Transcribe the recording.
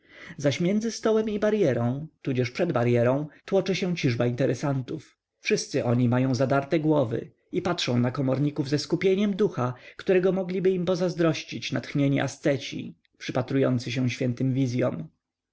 zaś między stołem i baryerą tudzież przed baryerą tłoczy się ciżba interesantów wszyscy oni mają zadarte głowy i patrzą na komorników ze skupieniem ducha którego mogliby im pozazdrościć natchnieni asceci przypatrujący się świętym wizyom